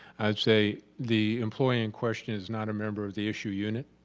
i would say the employee in question is not a member of the issu unit,